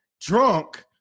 drunk